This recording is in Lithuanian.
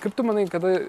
kaip tu manai kada